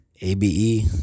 ABE